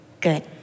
good